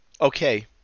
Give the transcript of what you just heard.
Okay